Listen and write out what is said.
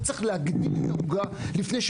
וצריך להגדיל את העוגה לפני ש,